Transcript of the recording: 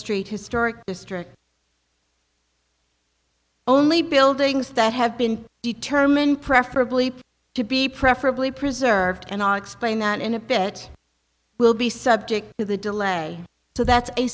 street historic district only buildings that have been determined preferably to be preferably preserved and i explain that in a bit we'll be subject to the delay so that's a